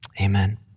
Amen